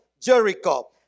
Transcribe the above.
Jericho